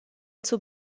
zur